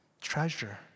treasure